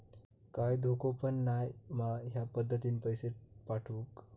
काय धोको पन नाय मा ह्या पद्धतीनं पैसे पाठउक?